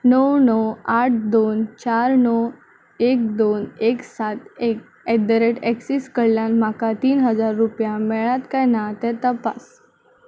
णव णव आठ दोन चार णव एक दोन एक सात एक एट द रॅट एक्सीस कडल्यान म्हाका तीन हजार रुपया मेळ्ळ्यात काय ना तें तपास